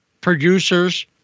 producers